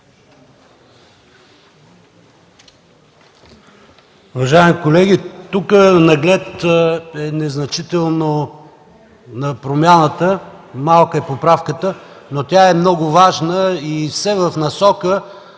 Уважаеми колеги, тук наглед е незначителна промяната, малка е поправката, но тя е много важна и все в насока